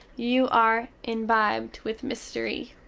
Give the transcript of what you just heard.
you are imbibed with mystery!